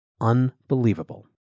Unbelievable